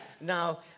Now